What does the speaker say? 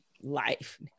life